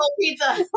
pizza